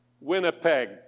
Winnipeg